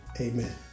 Amen